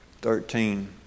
thirteen